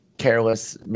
careless